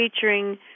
featuring